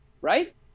right